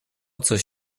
coś